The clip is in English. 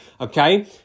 Okay